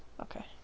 okay